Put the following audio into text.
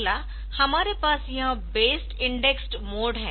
अगला हमारे पास यह बेस्ड इंडेक्स्ड मोड है